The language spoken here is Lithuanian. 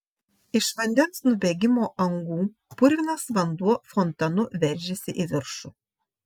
iš vandens nubėgimo angų purvinas vanduo fontanu veržėsi į viršų